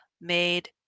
made